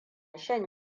shan